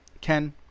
ken